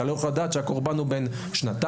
אתה לא יכול לדעת שהקורבן הוא בן שנתיים,